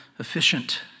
Efficient